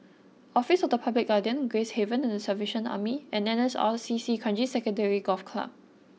Office of the Public Guardian Gracehaven the Salvation Army and N S R C C Kranji Sanctuary Golf Club